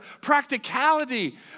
practicality